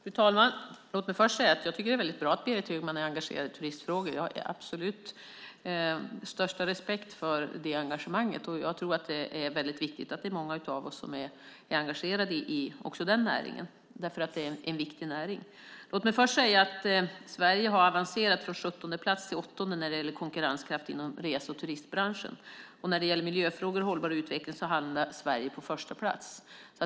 Fru talman! Låt mig först säga att jag tycker att det är väldigt bra att Berit Högman är engagerad i turistfrågor. Jag har absolut största respekt för det engagemanget. Det är väldigt viktigt att många av oss är engagerade också i den näringen, för den är viktig. Sverige har avancerat från 17:e plats till 8:e när det gäller konkurrenskraft inom rese och turistbranschen. När det gäller miljöfrågor och hållbar utveckling hamnar Sverige på första plats.